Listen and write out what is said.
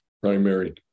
Primary